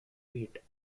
wheat